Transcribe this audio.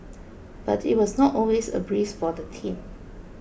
but it was not always a breeze for the team